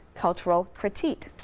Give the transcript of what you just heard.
cultural critique.